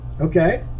okay